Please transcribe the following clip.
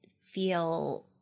feel